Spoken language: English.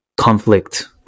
conflict